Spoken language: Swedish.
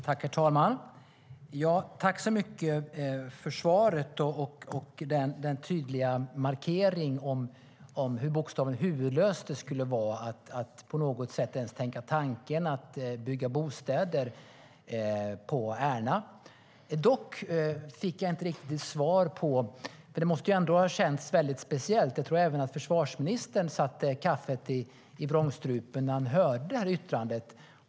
Herr talman! Tack, försvarsministern, för svaret och den tydliga markeringen om hur, bokstavligen, huvudlöst det skulle vara att ens tänka tanken att bygga bostäder på Ärna! Det var dock något som jag inte riktigt fick svar på. Det måste ändå ha känts väldigt speciellt. Jag tror att även försvarsministern satte kaffet i vrångstrupen när han hörde det här yttrandet.